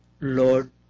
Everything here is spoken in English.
Lord